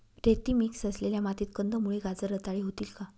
रेती मिक्स असलेल्या मातीत कंदमुळे, गाजर रताळी होतील का?